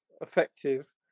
effective